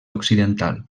occidental